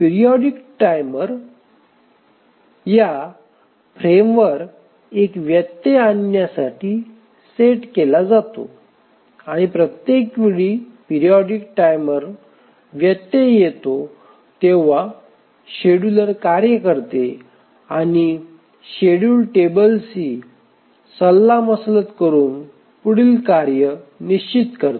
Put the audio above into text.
periodic timer या फ्रेमवर एक व्यत्यय आणण्यासाठी सेट केला जातो आणि प्रत्येक वेळी पिरिऑडिक टाइमर व्यत्यय येतो तेव्हा शेड्युलर कार्य करते आणि शेड्यूल टेबलशी सल्लामसलत करून पुढील कार्य निश्चित करते